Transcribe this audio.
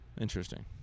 Interesting